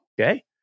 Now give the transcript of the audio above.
Okay